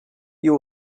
you